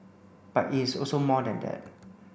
but it is also more than that